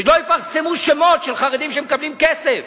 ולא יפרסמו שמות של חרדים שמקבלים כסף.